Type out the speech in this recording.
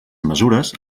mesures